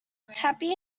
happy